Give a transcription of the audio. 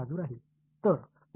அவை ரத்து செய்கின்றன